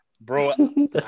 bro